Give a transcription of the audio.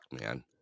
man